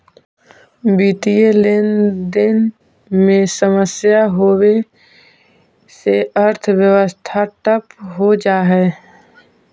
वित्तीय लेनदेन में समस्या होवे से अर्थव्यवस्था ठप हो जा हई